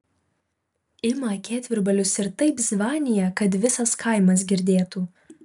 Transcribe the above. ima akėtvirbalius ir taip zvanija kad visas kaimas girdėtų